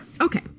Okay